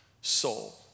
soul